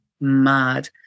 mad